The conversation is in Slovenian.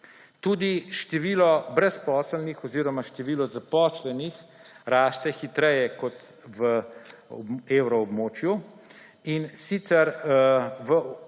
Tudi število brezposelnih oziroma število zaposlenih raste hitreje kot v evroobmočju, in sicer v